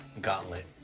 Gauntlet